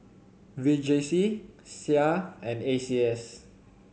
V J C Sia and A C S